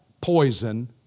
poison